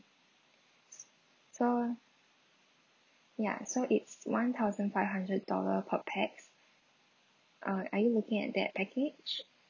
so ya so it's one thousand five hundred dollar per pax uh are you looking at that package